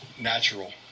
natural